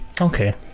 Okay